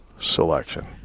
selection